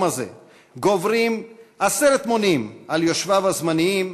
הזה גוברים עשרת מונים על יושביו הזמניים,